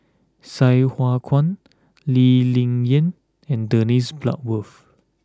Sai Hua Kuan Lee Ling Yen and Dennis Bloodworth